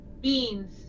beans